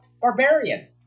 Barbarian